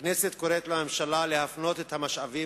הכנסת קוראת לממשלה להפנות את המשאבים